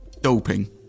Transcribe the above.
doping